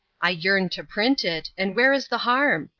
i yearn to print it, and where is the harm?